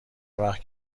وقتی